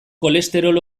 kolesterol